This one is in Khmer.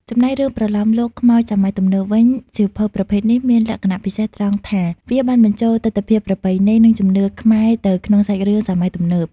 ចំណែករឿងប្រលោមលោកខ្មោចសម័យទំនើបវិញ សៀវភៅប្រភេទនេះមានលក្ខណៈពិសេសត្រង់ថា វាបានបញ្ចូលទិដ្ឋភាពប្រពៃណី និងជំនឿខ្មែរទៅក្នុងសាច់រឿងសម័យទំនើប។